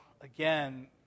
again